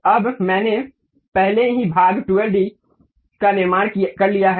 अब मैंने पहले ही भाग 12d का निर्माण कर लिया है